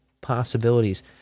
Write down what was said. possibilities